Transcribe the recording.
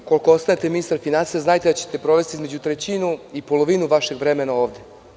Ukoliko ostanete ministar finansija, znajte da ćete provesti između trećine i polovine vašeg vremena ovde.